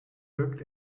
wirkt